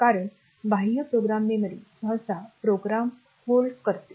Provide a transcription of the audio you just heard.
कारण बाह्य program memory सहसा प्रोग्राम धारण करते